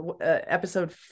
episode